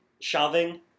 Shoving